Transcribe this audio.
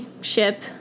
ship